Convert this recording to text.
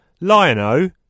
Lion-O